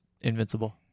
Invincible